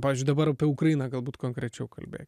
pavyzdžiui dabar apie ukrainą galbūt konkrečiau kalbėt